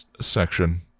section